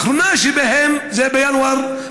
האחרונה שבהן היא בינואר,